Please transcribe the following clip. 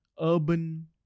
urban